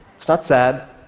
it's not sad.